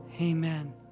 amen